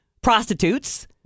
prostitutes